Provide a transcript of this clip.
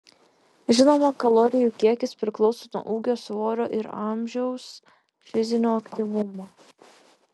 žinoma kalorijų kiekis priklauso nuo ūgio svorio ir amžiaus fizinio aktyvumo